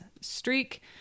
streak